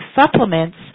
supplements